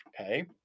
Okay